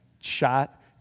shot